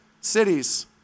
cities